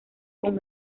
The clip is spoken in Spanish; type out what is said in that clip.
con